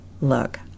Look